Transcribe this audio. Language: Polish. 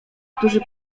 którzy